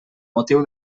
motiu